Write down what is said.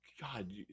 God